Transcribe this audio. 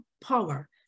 power